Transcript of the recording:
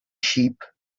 sheep